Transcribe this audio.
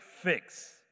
fix